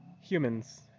Humans